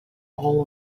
all